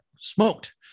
smoked